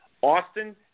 Austin